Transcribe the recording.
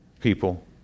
people